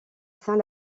saint